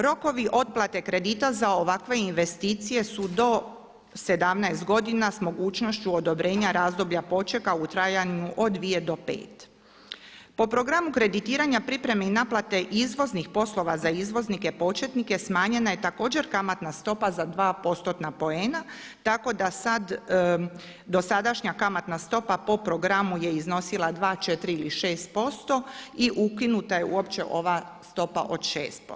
Rokovi otplate kredita za ovakve investicije su do 17 godina s mogućnošću odobrenja razdoblja počeka u trajanju od 2 do 5. Po programu kreditiranja pripreme i naplate izvoznih poslova za izvoznike početnike smanjena je također kamatna stopa za 2 postotna poena tako da sad dosadašnja kamatna stopa po programu je iznosila 2, 4 ili 6% i ukinuta je uopće ova stopa od 6%